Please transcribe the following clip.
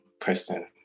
person